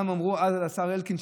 מה הם אמרו אז על השר אלקין,